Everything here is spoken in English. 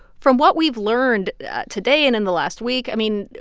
from what we've learned today and in the last week, i mean,